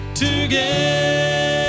together